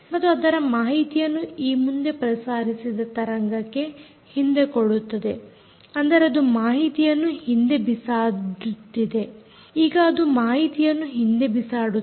ಮತ್ತು ಅದರ ಮಾಹಿತಿಯನ್ನು ಈ ಮುಂದೆ ಪ್ರಸಾರಿಸಿದ ತರಂಗಕ್ಕೆ ಹಿಂದೆ ಕೊಡುತ್ತದೆ ಅಂದರೆ ಅದು ಮಾಹಿತಿಯನ್ನು ಹಿಂದೆ ಬಿಸಾಡುತ್ತಿದೆ ಈಗ ಅದು ಮಾಹಿತಿಯನ್ನು ಹಿಂದೆ ಬಿಸಾಡುತ್ತಿದೆ